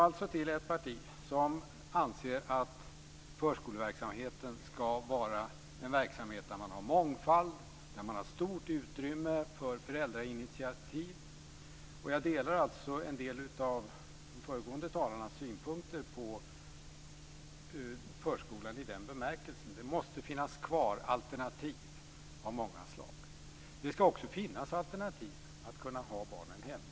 Nåväl. Nu tillhör jag ett parti som anser att förskoleverksamheten skall ha mångfald och stort utrymme för föräldrainitiativ. Jag delar en del av föregående talares synpunkter på förskolan i den bemärkelsen. Det måste finnas kvar alternativ av många slag. Det skall också finnas alternativet att kunna ha barnen hemma.